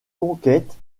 conquêtes